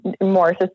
more